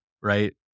right